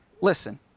Listen